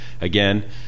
Again